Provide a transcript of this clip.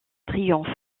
triomphe